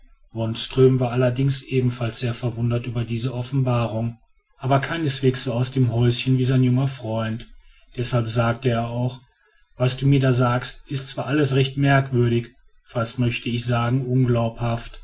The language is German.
wonström war allerdings ebenfalls sehr verwundert über diese offenbarung aber keineswegs so aus dem häuschen wie sein junger freund deshalb sagte er auch was du mir da sagst ist zwar alles recht merkwürdig fast möchte ich sagen